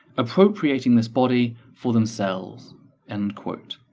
appropriating this body for themselves end quote.